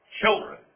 children